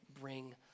bring